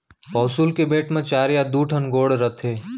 पौंसुल के बेंट म चार या दू ठन गोड़ रथे